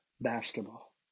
basketball